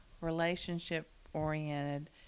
relationship-oriented